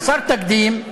חסר תקדים,